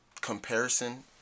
comparison